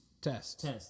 test